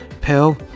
Pill